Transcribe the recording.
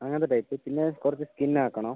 അങ്ങനത്തെ ടൈപ്പ് പിന്നെ കുറച്ച് സ്കിൻ ആക്കണം